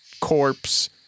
corpse